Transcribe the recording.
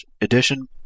edition